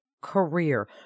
career